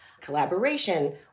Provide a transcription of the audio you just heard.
collaboration